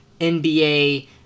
NBA